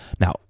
Now